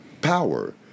power